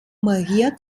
maria